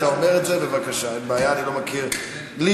אתה אומר את זה, בבקשה, אין בעיה.